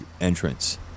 entrance